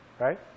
right